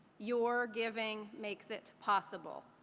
your giving makes it possible.